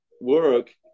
Work